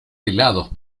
helados